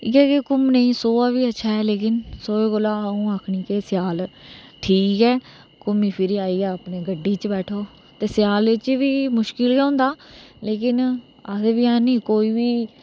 इयै के घूमने गी सोहा बी अच्छा ऐ लेकिन सोहै कोला अऊं आक्खनी केह् स्याल ठीक ऐ घूमी फिरी आई गे अपने गड्डी च बेठो ते स्याल च बी मुश्किल गै होंदा लेकिन आखदे बी हेन नेईं कोई बी